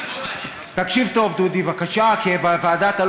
רק אתכם